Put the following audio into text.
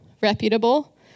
reputable